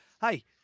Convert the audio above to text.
hey